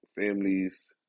families